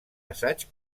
assaig